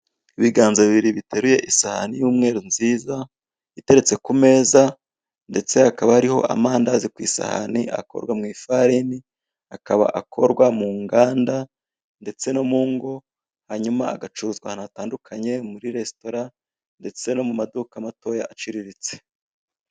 Ibiganza bibiri biteruye isahani y'umweru nziza, iteretse ku meza ndetse hakaba hariho amandazi ku isahani akorwa mu ifarini, akaba akorwa mu nganda ndetse no mu ngo, hanyuma agacuruzwa ahantu hatandukanye, muri resitora ndetse no mu maduka matoya aciriritse.